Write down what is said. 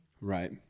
right